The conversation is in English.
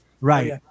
Right